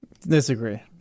Disagree